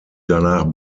danach